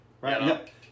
Right